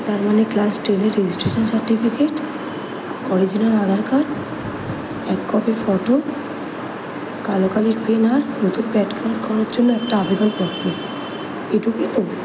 তার মানে ক্লাস টেনের registration certificate original Aadhaar card এক কপি ফোটো কালো কালির পেন আর নতুন প্যান কার্ড করার জন্য একটা আবেদনপত্র এইটুকুই তো